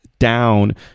down